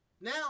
Now